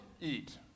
eat